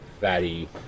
fatty